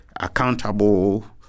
accountable